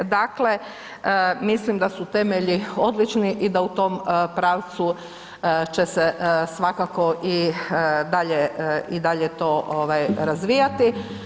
Dakle, mislim da tu temelji odlični i da u tom pravcu će se svakako i dalje i dalje to razvijati.